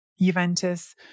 Juventus